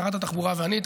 שרת התחבורה ואני,